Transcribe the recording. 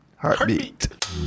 Heartbeat